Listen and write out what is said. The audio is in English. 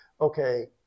okay